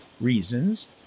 Reasons